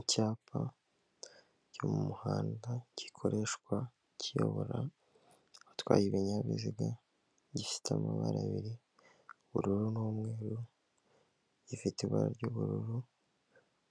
Icyapa cyo mu muhanda gikoreshwa kiyobora abatwaye ibinyabiziga, gifite amabara abiri y'ubururu n'umweru, gifite ibara ry'ubururu